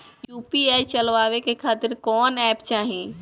UPI चलवाए के खातिर कौन एप चाहीं?